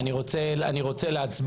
אני רוצה להצביע.